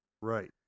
Right